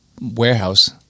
warehouse